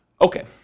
Okay